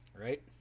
Right